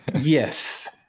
Yes